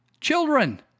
children